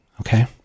okay